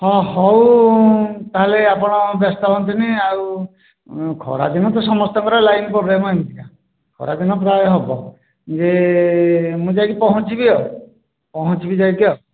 ହଁ ହେଉ ତା'ହେଲେ ଆପଣ ବ୍ୟସ୍ତ ହୁଅନ୍ତୁନାହିଁ ଆଉ ଖରାଦିନ ତ ସମସ୍ତଙ୍କର ଲାଇନ ପ୍ରୋବ୍ଲେମ ଏମିତିକା ଖରାଦିନ ପ୍ରାୟ ହେବ ଯେ ମୁଁ ଯାଇକି ପହଞ୍ଚିବି ଆଉ ପହଞ୍ଚିବି ଯାଇକି ଆଉ